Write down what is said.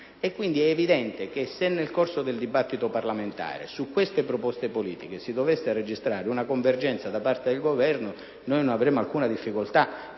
È quindi evidente che se nel corso del dibattito parlamentare su queste proposte politiche si dovesse registrare una convergenza da parte del Governo, non avremmo alcuna difficoltà